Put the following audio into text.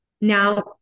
Now